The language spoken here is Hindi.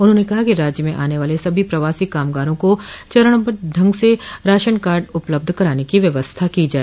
उन्होंने कहा कि राज्य में आने वाले सभी प्रवासी कामगारों को चरणबद्व ढंग से राशन कार्ड उपलब्ध कराने की व्यवस्था की जाए